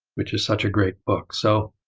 which is such a great book. so,